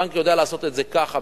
הבנק יודע לעשות את זה ככה.